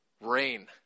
rain